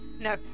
No